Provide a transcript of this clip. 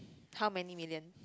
how many million